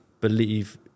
believe